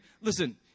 listen